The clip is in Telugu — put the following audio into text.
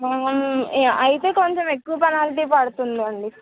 అయితే కొంచెం ఎక్కువ పెనాల్టీ పడుతుందండి